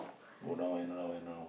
go round and round and round